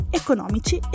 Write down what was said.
economici